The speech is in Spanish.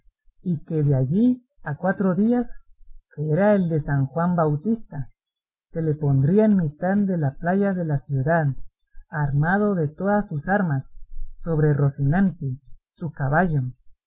y que de allí a cuatro días que era el de san juan bautista se le pondría en mitad de la playa de la ciudad armado de todas sus armas sobre rocinante su caballo